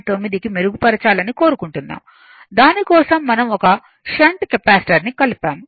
9 కి మెరుగుపరచాలని కోరుకుంటున్నాము దాని కోసం మనం ఒక షంట్ కెపాసిటర్ను కలిపాము